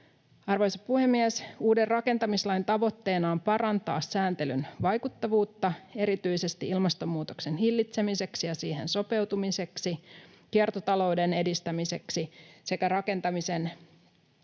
Arvoisa puhemies! Uuden rakentamislain tavoitteena on parantaa sääntelyn vaikuttavuutta erityisesti ilmastonmuutoksen hillitsemiseksi ja siihen sopeutumiseksi, kiertotalouden edistämiseksi sekä rakentamisen päätösten